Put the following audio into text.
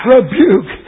Rebuke